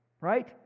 Right